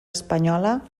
espanyola